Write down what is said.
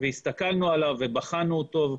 והסתכלנו עליו ובחנו אותו,